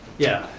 yeah,